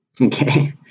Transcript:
Okay